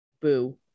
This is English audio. Boo